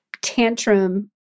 tantrum